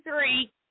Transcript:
three